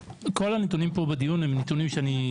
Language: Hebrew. כל הנתונים פה בדיון הם נתונים שאני,